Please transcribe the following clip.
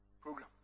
program